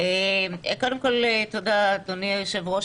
קודם כל, תודה, אדוני היושב-ראש.